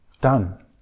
done